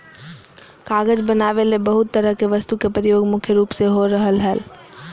कागज बनावे ले बहुत तरह के वस्तु के प्रयोग मुख्य रूप से हो रहल हल